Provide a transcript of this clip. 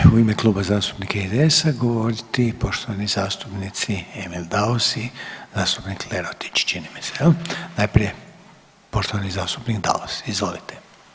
Sada će u ime Kluba zastupnika IDS-a govoriti poštovani zastupnici Emil Daus i zastupnik Lerotić čini mi se jel, najprije poštovani zastupnik Daus, izvolite.